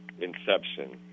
inception –